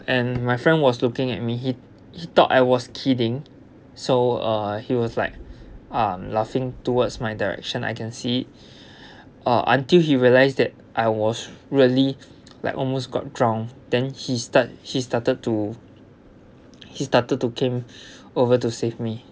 and my friend was looking at me he he thought I was kidding so uh he was like um laughing towards my direction I can see uh until he realised that I was really like almost got drowned then he start he started to he started to came over to save me